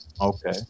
Okay